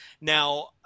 Now